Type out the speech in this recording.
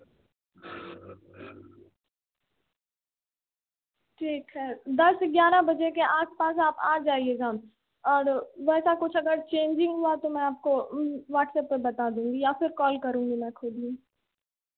ठीक है दस ग्यारह बजे के आस पास आप आ जाएगा और वैसा कुछ अगर चेंजिंग हुआ तो मैं आपको व्हाट्सएप पर बता दूँगी या फिर कॉल करूँगी मैं खुद ही